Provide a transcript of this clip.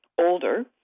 older